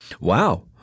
Wow